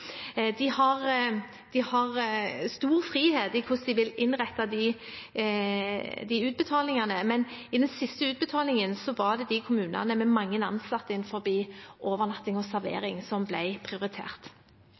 De har stor frihet i hvordan de vil innrette de utbetalingene, men i den siste utbetalingen var det de kommunene med mange ansatte innenfor overnatting og